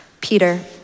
Peter